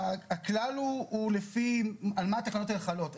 הכלל הוא על מה התקנות האלה חלות.